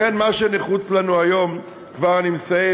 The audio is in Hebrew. לכן מה שנחוץ לנו היום, כבר אני מסיים